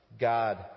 God